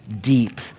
deep